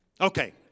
Okay